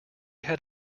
had